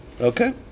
Okay